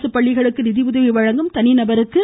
அரசு பள்ளிகளுக்கு நிதி உதவி வழங்கும் தனி நபருக்கு